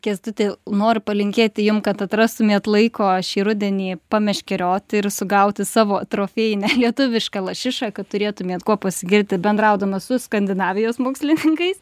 kęstuti noriu palinkėti jum kad atrastumėt laiko šį rudenį pameškerioti ir sugauti savo trofėjinę lietuvišką lašišą kad turėtumėt kuo pasigirti bendraudamas su skandinavijos mokslininkais